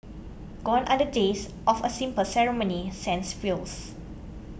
gone are the days of a simple ceremony sans frills